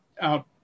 out